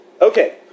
Okay